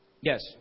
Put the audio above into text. yes